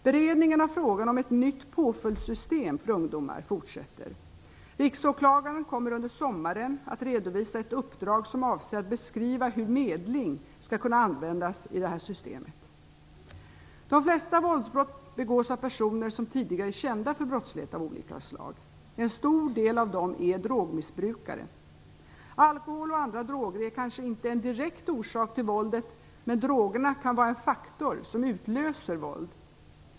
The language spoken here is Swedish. Beredningen av frågan om ett nytt påföljdssystem för ungdomar fortsätter. Riksåklagaren kommer under sommaren att redovisa ett uppdrag som avser att beskriva hur medling skall kunna användas i detta system. De flesta våldsbrott begås av personer som tidigare är kända för brottslighet av olika slag. En stor del av dem är drogmissbrukare. Alkohol och andra droger är kanske inte en direkt orsak till våldet, men drogerna kan vara en faktor som utlöser våld.